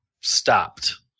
stopped